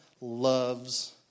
loves